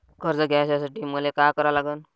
कर्ज घ्यासाठी मले का करा लागन?